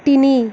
তিনি